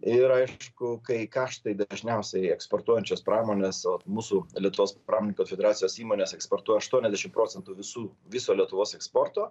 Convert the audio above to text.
ir aišku kai kaštai dažniausiai eksportuojančios pramonės vat mūsų lietuvos pramonininkų federecijos įmonės eksportuoja aštuoniasdešim procentų visų viso lietuvos eksporto